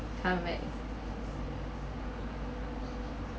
time make